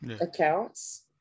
accounts